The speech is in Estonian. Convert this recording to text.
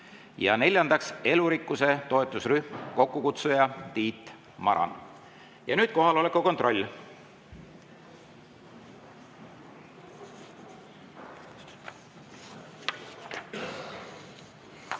Ja neljandaks, elurikkuse toetusrühm, kokkukutsuja Tiit Maran. Ja nüüd kohaloleku kontroll.